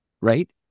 right